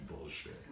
bullshit